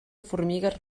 formigues